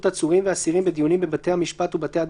עצורים ואסירים בדיונים בבתי המשפט ובתי הדין),